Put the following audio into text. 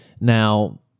Now